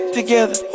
together